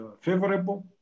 favorable